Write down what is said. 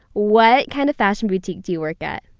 what kind of fashion boutique do you work at?